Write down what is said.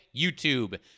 YouTube